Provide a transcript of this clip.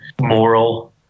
moral